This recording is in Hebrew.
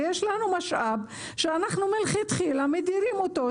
כשיש לנו משאב שאנחנו מלכתחילה מדירים אותו,